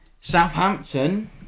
Southampton